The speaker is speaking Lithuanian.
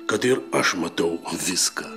kad ir aš matau viską